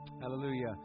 Hallelujah